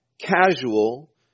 casual